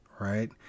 right